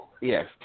Yes